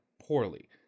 poorly